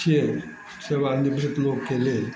छियै सेवानिवृत लोगके लेल